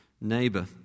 neighbor